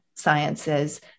Sciences